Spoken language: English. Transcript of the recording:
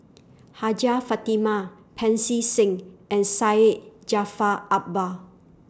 Hajjah Fatimah Pancy Seng and Syed Jaafar Albar